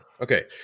Okay